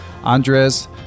Andres